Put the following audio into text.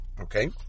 okay